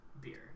beer